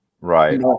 Right